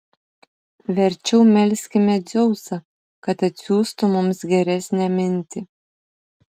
verčiau melskime dzeusą kad atsiųstų mums geresnę mintį